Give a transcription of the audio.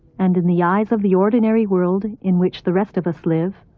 and in the eyes of the ordinary world in which the rest of us live,